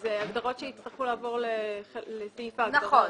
אלה הגדרות שיצטרכו לעבור לסעיף ההגדרות.